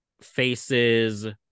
faces